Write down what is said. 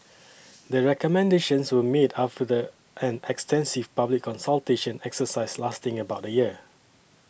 the recommendations were made after the an extensive public consultation exercise lasting about a year